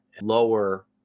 lower